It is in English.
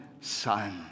Son